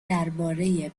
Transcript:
درباره